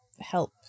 help